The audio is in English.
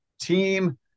team